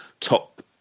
top